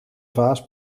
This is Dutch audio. vaas